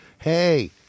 hey